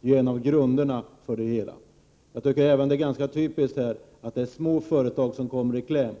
Detta är en av grunderna för det hela. Jag tycker att det är ganska typiskt att det här är små företag som kommer i kläm.